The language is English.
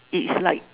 it's like